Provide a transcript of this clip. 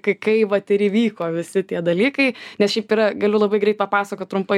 kai kai vat ir įvyko visi tie dalykai nes šiaip yra galiu labai greit papasakot trumpai